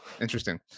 Interesting